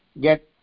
get